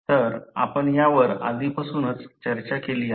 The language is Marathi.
तर आपण यावर आधीपासूनच चर्चा केली आहे